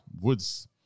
woods